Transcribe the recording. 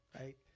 Right